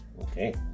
Okay